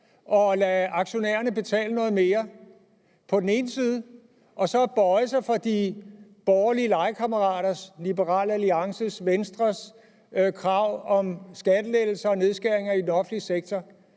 og lade aktionærerne betale noget mere på den ene side og så på den anden side at bøje sig for de borgerlige legekammeraters, Liberal Alliance og Venstres, krav om skattelettelser og nedskæringer i den offentlige sektor,